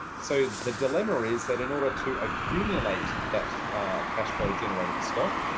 so the dilemma is that in order to accumulate that cash flow generating stock,